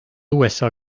usa